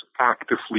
actively